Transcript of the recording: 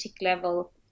level